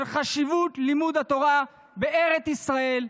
של חשיבות לימוד התורה בארץ ישראל,